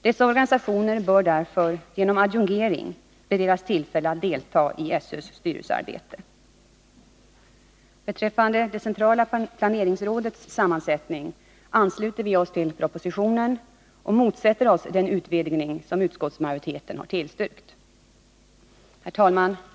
Dessa organisationer bör därför genom adjungering beredas tillfälle att delta i SÖ:s styrelsearbete. Beträffande det centrala planeringsrådets sammansättning ansluter vi oss till propositionen och motsätter oss den utvidgning som utskottsmajoriteten har tillstyrkt. Herr talman!